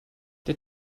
der